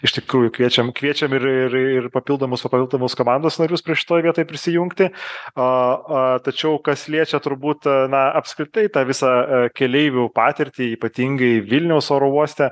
iš tikrųjų kviečiam kviečiam ir ir ir papildomus papildomus komandos narius prie šitoj vietoj prisijungti a a tačiau kas liečia turbūt na apskritai tą visą a keleivių patirtį ypatingai vilniaus oro uoste